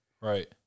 Right